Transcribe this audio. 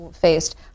faced